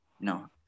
No